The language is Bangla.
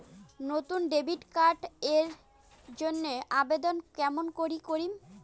নতুন ডেবিট কার্ড এর জন্যে আবেদন কেমন করি করিম?